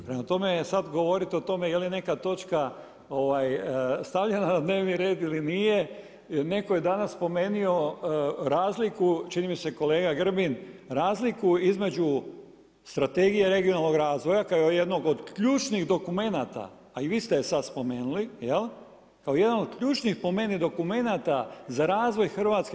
Prema tome, sada govoriti o tome je li neka točka stavljena na dnevni red ili nije, netko je danas spomenuo razliku, čini mi se kolega Grbin, razliku između Strategije regionalnog razvoja kao jednog od ključnih dokumenata a i vi ste je sada spomenuli, kao jedan od ključnih po meni dokumenata za razvoj Hrvatske.